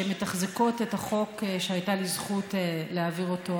שמתחזקות את החוק שהייתה לי זכות להעביר אותו,